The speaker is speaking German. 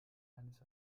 eines